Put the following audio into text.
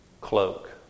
cloak